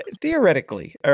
theoretically